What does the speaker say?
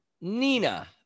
Nina